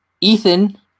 Ethan